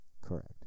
Correct